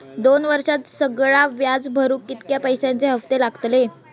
दोन वर्षात सगळा व्याज भरुक कितक्या पैश्यांचे हप्ते लागतले?